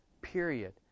period